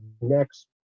next